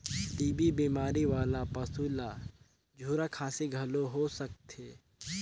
TB बेमारी वाला पसू ल झूरा खांसी घलो हो सकथे